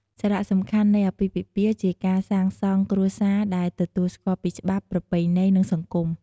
សារៈសំខាន់នៃអាពាហ៍ពិពាហ៍ជាការសាងសង់គ្រួសារដែលទទួលស្គាល់ពីច្បាប់ ប្រពៃណី និងសង្គម។